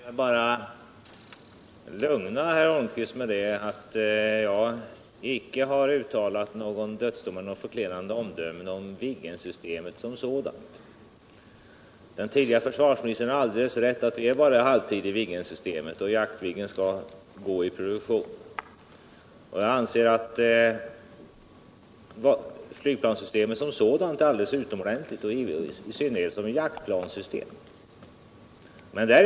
Herr talman! Jag vill bara lugna Eric Holmqvist med att jag icke har uttalat någon dödsdom celler något förklenande omdöme om Viggensystemet som sådant. Den tidigare försvarsministern har alldeles rätt i att det bara är halvtid i fråga om huruvida Viggensystemet och Jaktviggen skall gå i produktion. Jag anser att flygplanssystemet är allde:es utomordentligt, i synnerhet som Jaktplanssystem.